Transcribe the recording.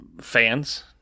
fans